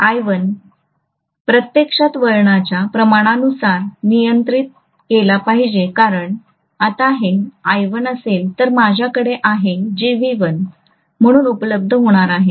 I1 प्रत्यक्षात वळणाच्या प्रमाणानुसार नियंत्रित केला पाहिजे कारण आता हे I1 असेल तर माझ्याकडे आहे जे V1 म्हणून उपलब्ध होणार आहे